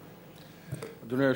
אדוני.